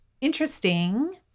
interesting